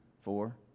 four